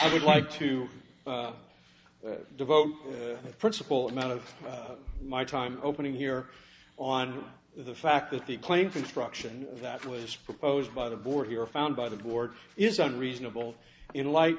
i would like to devote principal amount of my time opening here on the fact that the claim for instruction that was proposed by the board here found by the board is unreasonable in light